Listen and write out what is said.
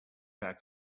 back